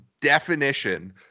definition